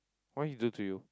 what he do to you